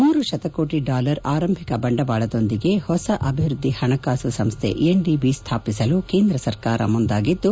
ಮೂರು ಶತಕೋಟ ಡಾಲರ್ ಆರಂಭಿಕ ಬಂಡವಾಳದೊಂದಿಗೆ ಹೊಸ ಅಭಿವೃದ್ಧಿ ಹಣಕಾಸು ಸಂಸ್ಥೆ ಎನ್ ಡಿ ಬಿ ಸ್ಥಾಪಿಸಲು ಕೇಂದ್ರ ಸರ್ಕಾರ ಮುಂದಾಗಿದ್ದು